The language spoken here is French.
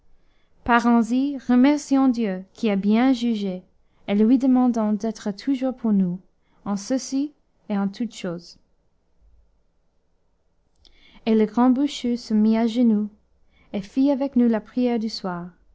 ainsi remercions dieu qui a bien jugé et lui demandons d'être toujours pour nous en ceci et en toutes choses et le grand bûcheux se mit à genoux et fit avec nous la prière du soir